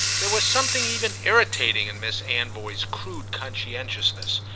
there was something even irritating in miss anvoy's crude conscientiousness,